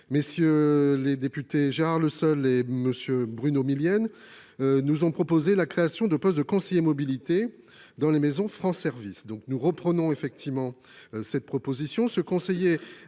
messieurs les députés, Gérard, le seul et monsieur Bruno Millienne nous ont proposé la création de postes de conseiller mobilité dans les maisons France service donc nous reprenons effectivement cette proposition,